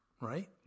right